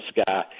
sky